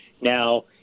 Now